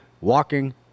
walking